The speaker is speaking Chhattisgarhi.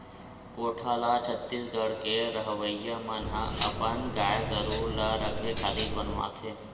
कोठा ल छत्तीसगढ़ के रहवइया मन ह अपन गाय गरु ल रखे खातिर बनाथे